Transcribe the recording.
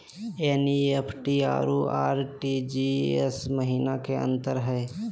NEFT अरु RTGS महिना का अंतर हई?